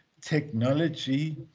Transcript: technology